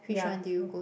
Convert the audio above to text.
ya from